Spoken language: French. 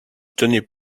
tenais